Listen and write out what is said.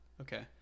Okay